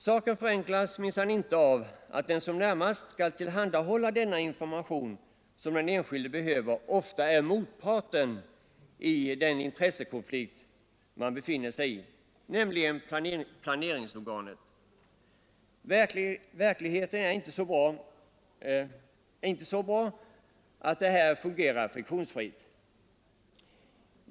Saken förenklas minsann inte av att den som närmast skall tillhandahålla den information som den enskilde behöver ofta är motparten i den intressekonflikt man befinner sig i, nämligen planeringsorganet. Verkligheten är inte så bra att det här fungerar friktionsfritt.